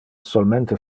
solmente